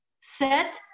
set